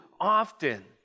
often